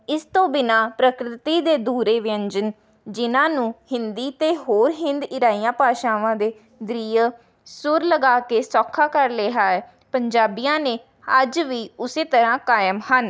ਇਸ ਤੋਂ ਬਿਨ੍ਹਾਂ ਪ੍ਰਕਿਰਤੀ ਦੇ ਅਧੂਰੇ ਵਿਅੰਜਨ ਜਿਨ੍ਹਾਂ ਨੂੰ ਹਿੰਦੀ ਅਤੇ ਹੋਰ ਹਿੰਦ ਈਰਾਈਆਂ ਭਾਸ਼ਾਵਾਂ ਦੇ ਦ੍ਰੀਏ ਸੁਰ ਲਗਾ ਕੇ ਸੌਖਾ ਕਰ ਲਿਆ ਹੈ ਪੰਜਾਬੀਆਂ ਨੇ ਅੱਜ ਵੀ ਉਸੇ ਤਰ੍ਹਾਂ ਕਾਇਮ ਹਨ